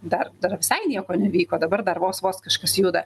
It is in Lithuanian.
dar visai nieko neįvyko dabar dar vos vos kažkas juda